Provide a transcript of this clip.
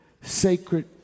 sacred